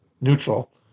neutral